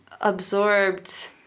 absorbed